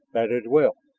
that is well.